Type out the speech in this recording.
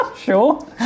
Sure